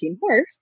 horse